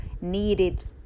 needed